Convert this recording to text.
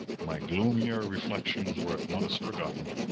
my gloomier reflections were at once forgotten.